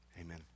Amen